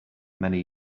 many